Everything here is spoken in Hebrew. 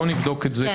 נבדוק את זה,